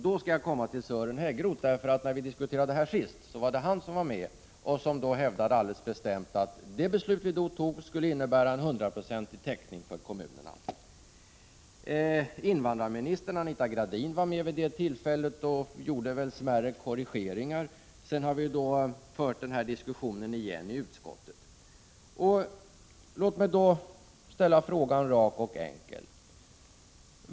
När vi sist diskuterade det här hävdade Sören Häggroth, som då var socialdemokraternas företrädare, alldeles bestämt att de beslut vi då fattade skulle innebära en hundraprocentig täckning för kommunerna. Invandrarminister Anita Gradin var också med vid det tillfället och gjorde smärre korrigeringar. Sedan har vi återigen fört den här diskussionen i utskottet. Låt mig ställa frågan rak och enkel.